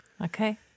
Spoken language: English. Okay